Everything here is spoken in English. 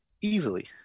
Easily